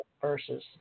versus